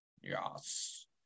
Yes